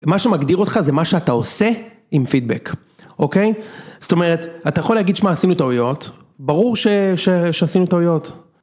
מה שמגדיר אותך, זה מה שאתה עושה עם פידבק, אוקיי? זאת אומרת, אתה יכול להגיד, שמע, עשינו טעויות, ברור שעשינו טעויות.